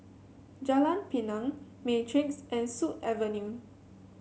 Jalan Pinang Matrix and Sut Avenue